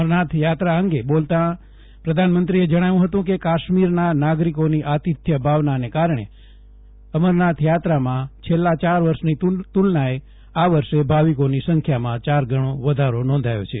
અમરનાથ યાત્રા અંગે બોલતાં પ્રધાનમંત્રીએ જજ્ઞાવ્યું હતું કે કાશ્મીરના નાગરીકોની આતિથ્ય ભાવનાને કારજ્ઞે જ અમરનાથ યાત્રામાં છેલ્લા ચાર વર્ષની તુલનાએ આ વર્ષે ભાવિકોની સંખ્યામાં ચાર ગણો વધારો નોંધાયો છે